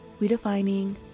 redefining